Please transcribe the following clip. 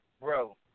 bro